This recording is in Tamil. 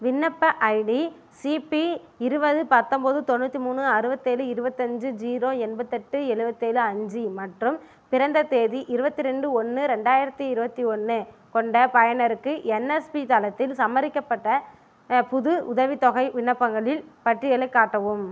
விண்ணப்ப ஐடி சி பி இருபது பத்தொம்போது தொண்ணூற்றி மூணு அறுபத்தேழு இருபத்தஞ்சி ஜீரோ எண்பத்தெட்டு எழுபத்தேழு அஞ்சு மற்றும் பிறந்த தேதி இருபத்தி ரெண்டு ஒன்று ரெண்டாயிரத்தி இருபத்தி ஒன்று கொண்ட பயனருக்கு என்எஸ்பி தளத்தில் சமரிக்கப் பட்ட புது உதவித்தொகை விண்ணப்பங்களின் பட்டியலைக் காட்டவும்